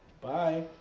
Bye